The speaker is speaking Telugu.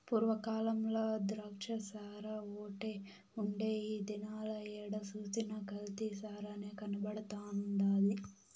పూర్వ కాలంల ద్రాచ్చసారాఓటే ఉండే ఈ దినాల ఏడ సూసినా కల్తీ సారనే కనబడతండాది